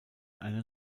eine